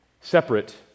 Separate